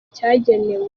cyagenewe